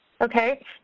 Okay